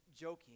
joking